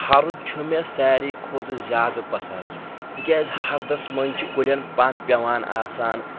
ہَرُد چھُ مےٚ سارے کھۄتہٕ زیادٕ پسنٛد تِکیازِ ہردس منٛز چھِ کُلؠن پن پیوان آسان